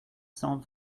cent